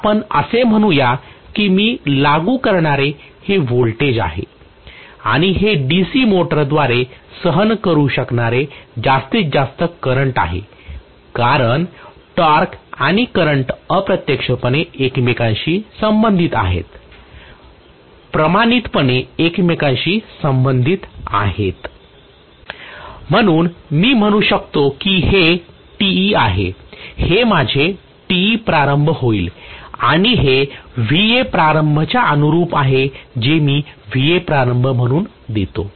तर आपण असे म्हणूया की मी लागू करणारे हे व्होल्टेज आहे आणि हे DC मोटरद्वारे सहन करू शकणारे जास्तीत जास्त करंट आहे कारण टॉर्क आणि करंट अप्रत्यक्षपणे एकमेकांशी संबंधित आहेत प्रमाणितपणे एकमेकांशी संबंधित आहेत म्हणून मी म्हणू शकतो की हे Te आहे आणि हे माझे Te प्रारंभ होईल आणि हे प्रारंभ च्या अनुरुप आहे जे मी प्रारंभ म्हणून देतो